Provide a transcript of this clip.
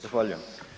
Zahvaljujem.